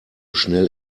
schnell